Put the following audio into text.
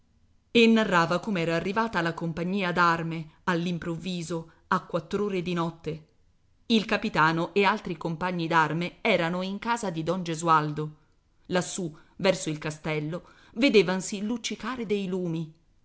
e narrava com'era arrivata la compagnia d'arme all'improvviso a quattr'ore di notte il capitano e altri compagni d'arme erano in casa di don gesualdo lassù verso il castello vedevansi luccicare dei lumi